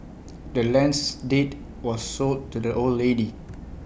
the land's deed was sold to the old lady